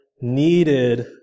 needed